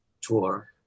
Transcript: tour